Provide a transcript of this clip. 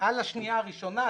על השניה הראשונה,